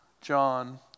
John